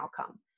outcome